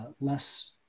less